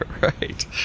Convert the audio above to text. right